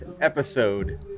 episode